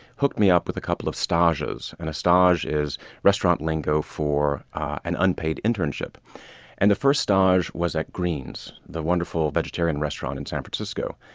hooked me up with a couple of stages and stage is restaurant lingo for an unpaid internship and the first stage was at greens, the wonderful vegetarian restaurant in san francisco.